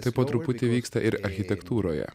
taip po truputį vyksta ir architektūroje